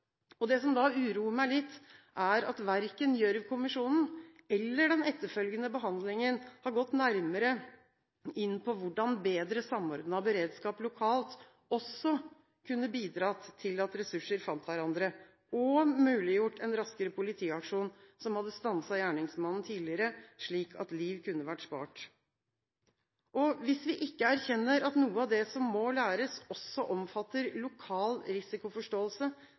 Det som uroer meg litt, er at verken Gjørv-kommisjonen eller at man i den etterfølgende behandlingen har gått nærmere inn på hvordan bedre samordnet beredskap lokalt også kunne bidratt til at ressurser fant hverandre og muliggjort en raskere politiaksjon som hadde stanset gjerningsmannen tidligere, slik at liv kunne vært spart. Hvis vi ikke erkjenner at noe av det som må læres, også omfatter lokal risikoforståelse,